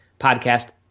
podcast